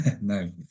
No